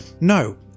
No